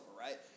right